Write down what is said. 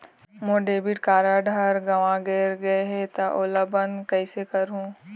मोर debit card हर गंवा गैर गए हे त ओला बंद कइसे करहूं?